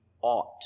ought